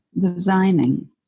designing